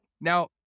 now